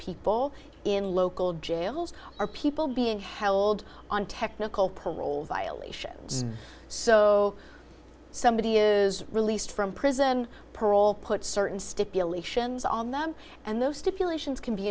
people in local jails are people being held on technical parole violations so somebody is released from prison parole put certain stipulations on them and those stipulations can be